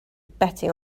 betting